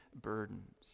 burdens